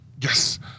Yes